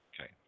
Okay